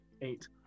Eight